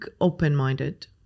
open-minded